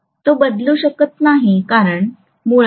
तो बदलू शकत नाही कारण मूलत आहे